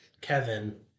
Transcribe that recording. Kevin